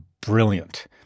brilliant